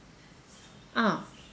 ah